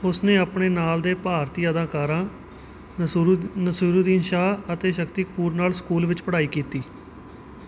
ਉਸ ਨੇ ਆਪਣੇ ਨਾਲ ਦੇ ਭਾਰਤੀ ਅਦਾਕਾਰਾਂ ਨਸੂਰੁ ਨਸੁਰੂਦੀਨ ਸ਼ਾਹ ਅਤੇ ਸ਼ਕਤੀ ਕਪੂਰ ਨਾਲ ਸਕੂਲ ਵਿੱਚ ਪੜ੍ਹਾਈ ਕੀਤੀ